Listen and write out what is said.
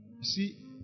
see